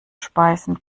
speisen